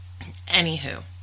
anywho